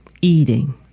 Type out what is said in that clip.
eating